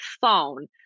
phone